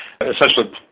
essentially